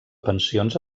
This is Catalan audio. pensions